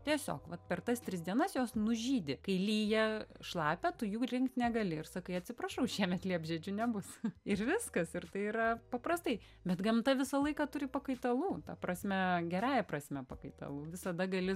tiesiog vat per tas tris dienas jos nužydi kai lyja šlapia tu jų rinkt negali ir sakai atsiprašau šiemet liepžiedžių nebus ir viskas ir tai yra paprastai bet gamta visą laiką turi pakaitalų ta prasme gerąja prasme pakaitalų visada gali